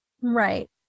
Right